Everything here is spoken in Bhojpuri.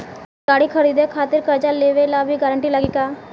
गाड़ी खरीदे खातिर कर्जा लेवे ला भी गारंटी लागी का?